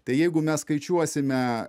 tai jeigu mes skaičiuosime